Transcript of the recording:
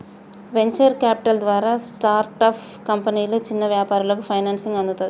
venture capital ద్వారా startup కంపెనీలు, చిన్న వ్యాపారాలకు ఫైనాన్సింగ్ అందుతది